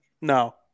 no